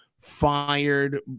fired